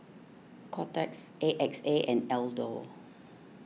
Kotex A X A and Aldo